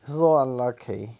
so unlucky